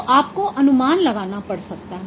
तो आपको अनुमान लगाना पड़ सकता है